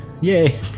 yay